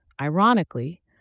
Ironically